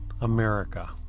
America